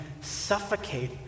suffocate